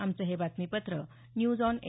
आमचं हे बातमीपत्र न्यूज ऑन ए